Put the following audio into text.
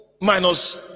minus